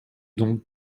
donc